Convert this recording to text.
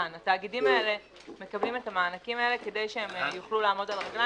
התאגידים האלה מקבלים את המענקים האלה כדי שהם יוכלו לעמוד על הרגליים.